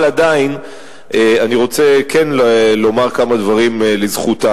אבל אני עדיין רוצה כן לומר כמה דברים לזכותן.